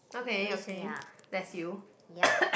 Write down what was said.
okay okay that's you